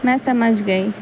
میں سمجھ گئی